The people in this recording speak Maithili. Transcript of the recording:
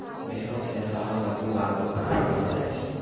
भेड़ो से सालो मे दु बार ऊन प्राप्त करलो जाय छै